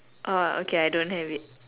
orh okay I don't have it